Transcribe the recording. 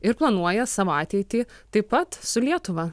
ir planuoja savo ateitį taip pat su lietuva